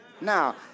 Now